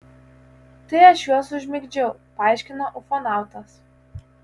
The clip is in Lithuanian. tai aš juos užmigdžiau paaiškino ufonautas